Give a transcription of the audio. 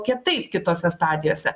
kitaip kitose stadijose